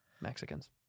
Mexicans